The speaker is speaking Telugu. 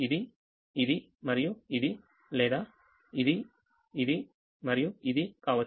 ఇది ఇది మరియు ఇది లేదా ఇది ఇది మరియు ఇది కావచ్చు